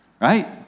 right